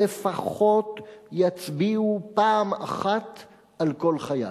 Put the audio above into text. לפחות יצביעו פעם אחת על כל חייל.